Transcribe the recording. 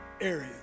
area